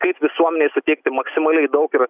kaip visuomenei suteikti maksimaliai daug ir